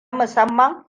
musamman